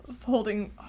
holding